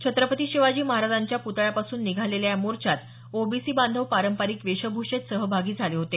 छत्रपती शिवाजी महाराजांच्या प्तळ्यापासून निघालेल्या या मोर्चात ओबीसी बांधव पारंपरिक वेशभूषेत सहभागी झाले होते